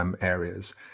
areas